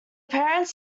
parents